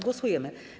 Głosujemy.